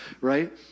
right